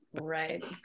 Right